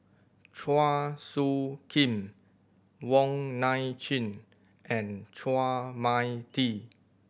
Chua Soo Khim Wong Nai Chin and Chua Mia Tee